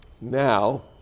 Now